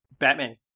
Batman